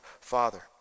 father